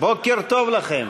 בוקר טוב לכם.